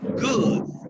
Good